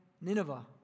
Nineveh